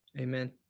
Amen